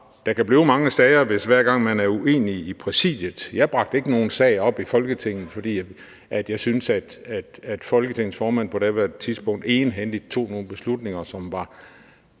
der kan blive mange sager, hvis det er, hver gang man er uenige i Præsidiet. Jeg bragte ikke nogen sag op i Folketinget, fordi jeg syntes, at Folketingets formand på daværende tidspunkt egenhændigt tog nogle beslutninger, som var